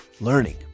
learning